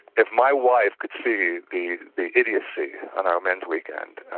if my wife could see the the idiocy on our men's weekend,